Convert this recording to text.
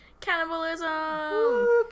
cannibalism